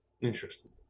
Interesting